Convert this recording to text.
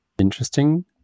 interesting